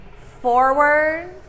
forward